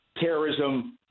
terrorism